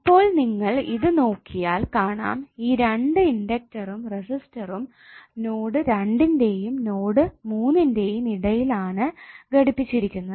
ഇപ്പോൾ നിങ്ങൾ ഇത് നോക്കിയാൽ കാണാം ഈ രണ്ട് ഇൻഡക്ടറും റെസിസ്റ്ററും നോഡ് 2 ന്റെയും നോഡ് 3 ന്റെയും ഇടയിൽ ആണ് ഘടിപ്പിച്ചിരിക്കുന്നത്